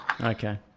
Okay